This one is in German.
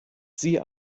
sie